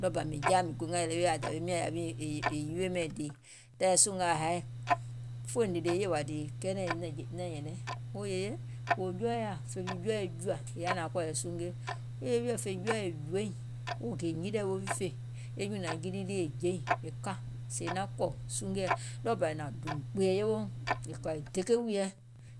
ɗɔɔ bà mìŋ jaȧ mìŋ gongà dewèɛ yȧwi dȧwiim nyȧŋ è yewe mɛ̀iŋ dìì, tȧìŋ sùngaȧ haì, fòì nìlì e yèwȧ dìì kɛɛnɛ̀ŋ nɛ̀ŋ nyɛ̀nɛŋ oo yèye, kòò jɔɔɛ̀ yaȧ, fèim jɔɔɛ̀ miŋ jùȧ, è yaȧ nȧaŋ kɔ̀ɔ̀yɛ̀ sungie, yèye wiɔ̀ fè jɔɔɛ̀ è jùòiŋ woo gè nyiliiɛ̀ wo wi fè e nyùnȧŋ nyilii è jèiŋ e ka, sèè naŋ kɔ̀ sungieɛ̀ ɗɔɔbȧ è hnȧŋ dùùmkpì è yeweo, è kɔ̀ȧ è deke wùìyèɛ